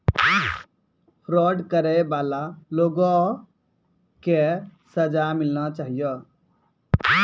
fraud करै बाला लोगो के सजा मिलना चाहियो